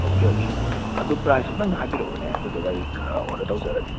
okay okay ꯑꯗꯣ ꯄ꯭ꯔꯥꯏ꯭ꯖꯇꯨꯗꯪ ꯍꯥꯏꯕꯤꯔꯛꯑꯣꯅꯦ ꯑꯗꯨꯗꯨꯒ ꯑꯩ ꯑꯣꯔꯗꯔ ꯇꯧꯖꯔꯛꯑꯒꯦ